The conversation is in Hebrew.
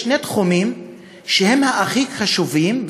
יש שני תחומים שהם הכי חשובים,